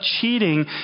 cheating